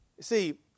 See